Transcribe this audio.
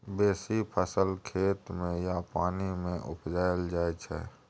बेसी फसल खेत मे या पानि मे उपजाएल जाइ छै